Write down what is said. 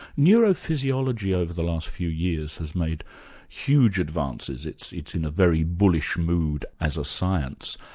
neurophysiology over the last few years has made huge advances. it's it's in a very bullish mood as a science.